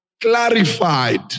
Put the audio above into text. clarified